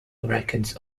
records